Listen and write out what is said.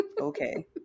okay